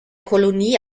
kolonie